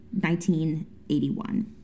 1981